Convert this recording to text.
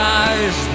eyes